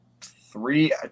three